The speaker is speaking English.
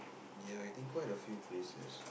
ya I think quite a few places